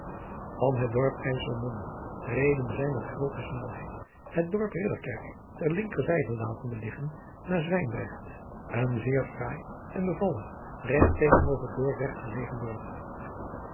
van het dorp ijsselmonde reden zij met groote snelheid het dorp ridderkerk ter linkerzijde latende liggen naar zwijndrecht een zeer fraai en bevallig regt tegen over dordrecht gelegen dorp